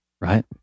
right